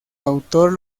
autor